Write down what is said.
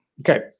Okay